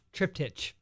Triptych